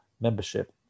membership